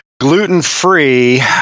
gluten-free